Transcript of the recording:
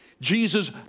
Jesus